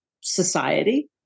society